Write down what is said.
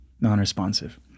non-responsive